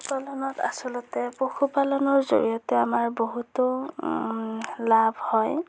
পশু পালনত আচলতে পশুপালনৰ জৰিয়তে আমাৰ বহুতো লাভ হয়